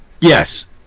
Yes